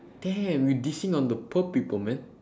damn you dissing on the poor people man